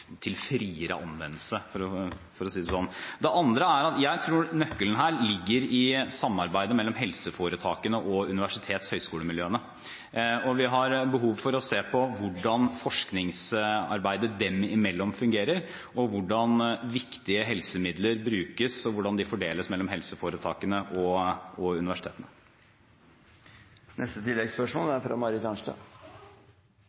til friere anvendelse – for å si det sånn. Det andre er at jeg tror at nøkkelen her ligger i samarbeidet mellom helseforetakene og universitets- og høyskolemiljøene, og vi har behov for å se på hvordan forskningsarbeidet dem imellom fungerer, hvordan viktige helsemidler brukes, og hvordan de fordeles mellom helseforetakene og